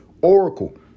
Oracle